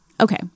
Okay